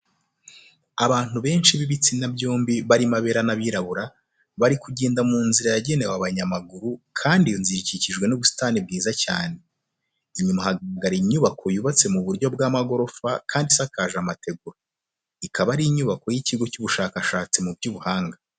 Abantu benshi b'ibitsina byombi barimo abera n'abirabura, bari kugenda mu nzira yagenewe abanyamaguru kandi iyo nzira ikikijwe n'ubusitani bwiza cyane. Inyuma hagaragara inyubako yubatse mu buryo bw'amagorofa kandi isakaje amategura. Ikaba ari inyubako y'ikigo cy'ubushakashatsi mu by'ubuhanga.